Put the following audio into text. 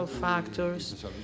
factors